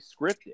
scripted